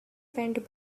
went